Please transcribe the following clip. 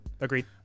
Agreed